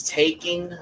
taking